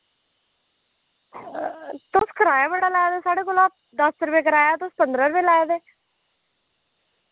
तुस कराया बड़ा लै दे साढ़े कोला दस रपे कराया तुस पंदरां रपे लै दे